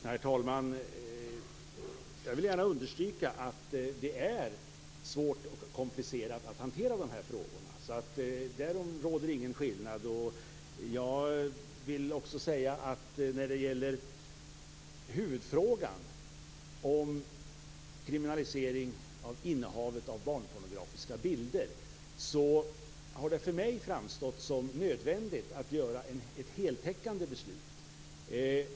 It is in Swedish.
Herr talman! Jag vill gärna understryka att det är svårt och komplicerat att hantera dessa frågor. Där råder ingen skillnad i uppfattningen. När det gäller huvudfrågan, kriminalisering av innehavet av barnpornografiska bilder, har det för mig framstått som nödvändigt att få ett heltäckande beslut.